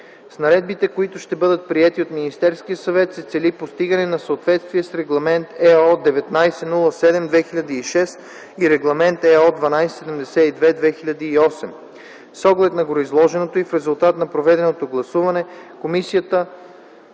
С Наредбите, които ще бъдат приети от Министерския съвет, се цели постигане на съответствие с Регламент (ЕО) № 1907/2006 и Регламент (ЕО) № 1272/2008. С оглед на гореизложеното и в резултат на проведеното гласуване, Комисията